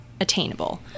attainable